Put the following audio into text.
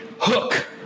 Hook